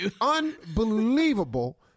unbelievable